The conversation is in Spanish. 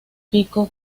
pico